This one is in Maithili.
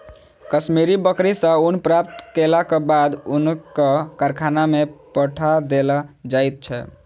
कश्मीरी बकरी सॅ ऊन प्राप्त केलाक बाद ऊनक कारखाना में पठा देल जाइत छै